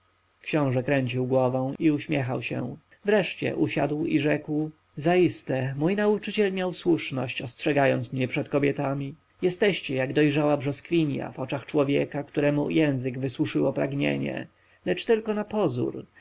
książę kręcił głową i uśmiechał się wreszcie usiadł i rzekł zaiste mój nauczyciel miał słuszność ostrzegając mnie przed kobietami jesteście jak dojrzała brzoskwinia w oczach człowieka któremu język wysuszyło pragnienie lecz tylko napozór